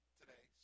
today